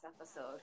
episode